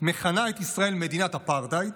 מכנה את ישראל מדינת אפרטהייד,